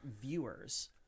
viewers